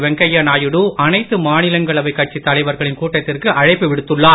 வெங்கைய நாயுடு அனைத்து மாநிலங்களவைக் கட்சித் தலைவர்களின் கூட்டத்திற்கு அழைப்பு விடுத்துள்ளார்